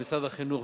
משרד החינוך,